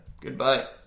Goodbye